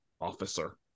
officer